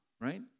right